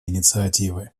инициативы